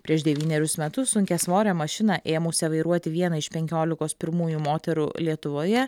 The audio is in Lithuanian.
prieš devynerius metus sunkiasvorę mašiną ėmusią vairuoti vieną iš penkiolikos pirmųjų moterų lietuvoje